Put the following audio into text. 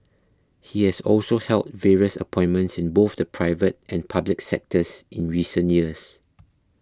he has also held various appointments in both the private and public sectors in recent years